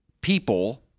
people